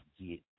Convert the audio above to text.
get